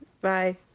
Bye